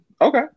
okay